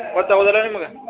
ಗೊತ್ತಾಗುದಿಲ್ಲ ನಿಮ್ಗ